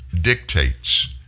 dictates